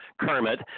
Kermit